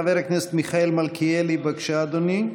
חבר הכנסת מיכאל מלכיאלי, בבקשה, אדוני.